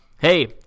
hey